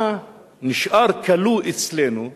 אתה נשאר כלוא אצלנו.